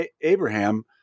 Abraham